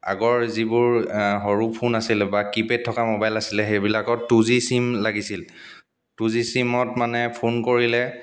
আগৰ যিবোৰ সৰু ফোন আছিলে বা কিপেড থকা মোবাইল আছিলে সেইবিলাকত টু জি চিম লাগিছিল টু জি চিমত মানে ফোন কৰিলে